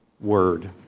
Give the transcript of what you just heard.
word